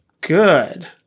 Good